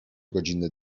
godziny